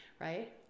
right